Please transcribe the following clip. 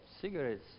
cigarettes